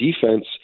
defense